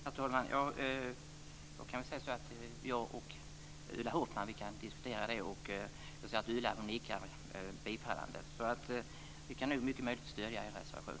Herr talman! Jag och Ulla Hoffmann ska diskutera det. Jag ser nu att Ulla nickar bifallande, så det är nog mycket möjligt att vi kan stödja er reservation.